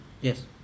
yes